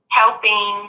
helping